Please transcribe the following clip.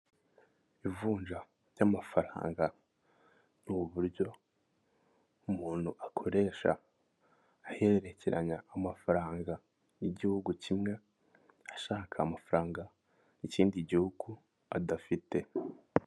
Ivunja ry'amafaranga, ni uburyo umuntu akoresha aherekeranya amafaranga y'igihugu kimwe, ashaka amafaranga y'ikindi gihugu adafite.